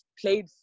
played